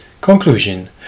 Conclusion